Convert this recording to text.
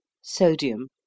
sodium